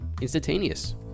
instantaneous